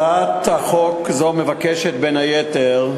בבקשה, אדוני.